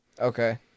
Okay